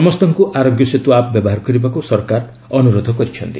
ସମସ୍ତଙ୍କୁ ଆରୋଗ୍ୟ ସେତୁ ଆପ୍ ବ୍ୟବହାର କରିବାକୁ ସରକାର ଅନୁରୋଧ କରିଛନ୍ତି